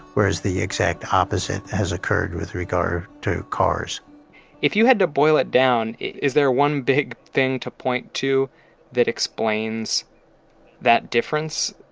whereas the exact opposite has occurred with regard to cars if you had to boil it down, is there a one big thing to point to that explains that difference?